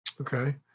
Okay